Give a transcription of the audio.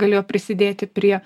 galėjo prisidėti prie